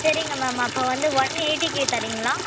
சரிங்க மேம் அப்போ வந்து ஒன் எயிட்டிக்கு தரீங்களா